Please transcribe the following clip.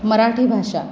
मराठी भाषा